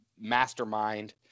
mastermind